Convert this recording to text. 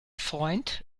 freund